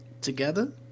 Together